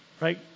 right